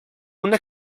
una